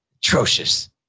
Atrocious